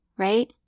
Right